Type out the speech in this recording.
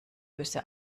böse